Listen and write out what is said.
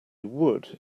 would